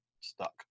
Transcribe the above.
stuck